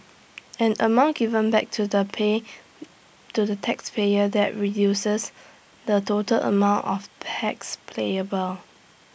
an amount given back to the pay to the taxpayers that reduces the total amount of tax playable